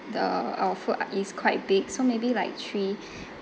the our a~ food is quite big so maybe like three